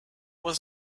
was